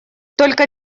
только